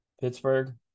Pittsburgh